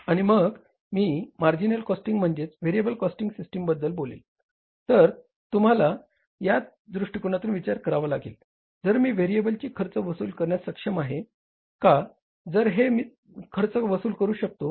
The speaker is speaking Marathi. आणि मग मी मार्जिनल कॉस्टिंग म्हणजे व्हेरिएबल कॉस्टिंग सिस्टमबद्दल बोलेन तर तुम्हाला त्या दृष्टीने विचार करावा लागेल जर मी व्हेरिएबलची खर्च वसूल करण्यास सक्षम आहे का जर आहे तर मी खर्च वसूल करू शकतो